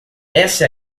essa